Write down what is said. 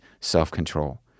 self-control